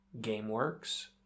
GameWorks